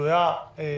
הוא היה מהמתפלגים.